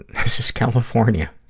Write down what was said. this is california.